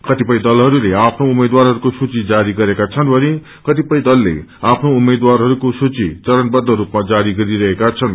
कतिपय दलहरूले आफ्नो उम्मेद्वारहरूको सूची जारी गरेका छन् भने कतिपय दलले आफ्नो उम्मेद्वारहरूको सूची चरणबद्ध रूपमा जारी गरिरहेका छन्नु